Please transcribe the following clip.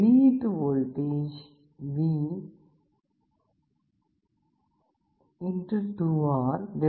வெளியீட்டு voltage V